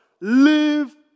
live